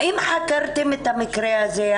האם חקרתם את המקרה הזה?